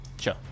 Sure